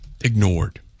ignored